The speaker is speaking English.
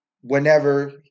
whenever